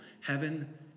Heaven